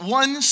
one